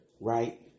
right